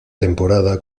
temporada